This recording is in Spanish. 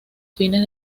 fines